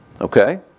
Okay